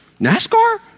NASCAR